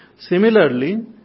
Similarly